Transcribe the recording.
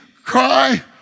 cry